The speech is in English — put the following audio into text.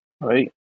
Right